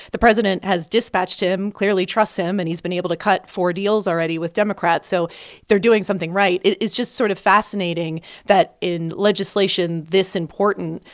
the president has dispatched him, clearly trusts him, and he's been able to cut four deals already with democrats, so they're doing something right. it's just sort of fascinating that in legislation this important,